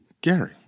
Gary